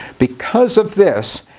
because of this,